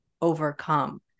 overcome